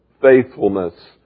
faithfulness